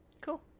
Cool